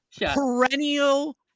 Perennial